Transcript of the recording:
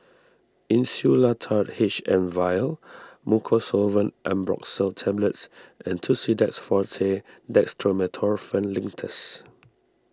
Insulatard H M Vial Mucosolvan Ambroxol Tablets and Tussidex forte Dextromethorphan Linctus